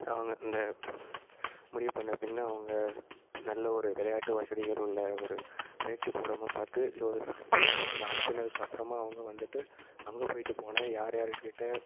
அவங்க இந்த முடிவு பண்ணிண பின்னே அவங்க நல்ல ஒரு விளையாட்டு வசதிகள் உள்ள ஒரு பயிற்சிக்கூடமாக பார்த்து அனுப்புவாங்க அனுப்புனதுக்கப்புறமா அவங்க வந்துவிட்டு அங்கே போயிட்டு போனால் யார் யாருக்கிட்டே